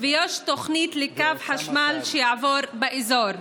ויש תוכנית לקו חשמל שיעבור באזור.